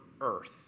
earth